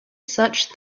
such